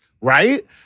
right